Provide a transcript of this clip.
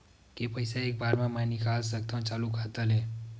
के पईसा एक बार मा मैं निकाल सकथव चालू खाता ले?